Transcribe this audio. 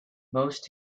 most